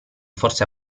forse